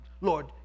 Lord